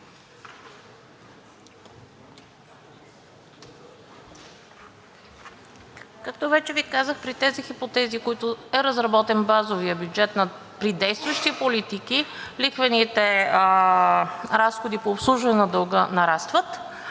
Както вече Ви казах, при тези хипотези, по които е разработен базовият бюджет, при действащи политики лихвените разходи по обслужване на дълга нарастват.